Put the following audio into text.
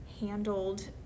handled